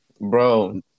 Bro